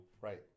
Right